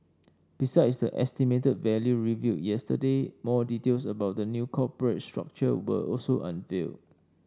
besides the estimated value revealed yesterday more details about the new corporate structure were also unveiled